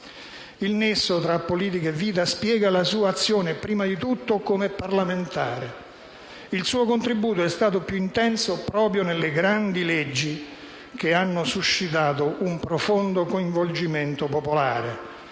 Il nesso tra politica e vita spiega la sua azione, prima di tutto come parlamentare. Il suo contributo è stato più intenso proprio nelle grandi leggi, che hanno suscitato un profondo coinvolgimento popolare: